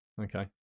Okay